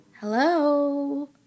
Hello